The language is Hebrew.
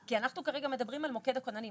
כי אנחנו כרגע מדברים על מוקד הכוננים.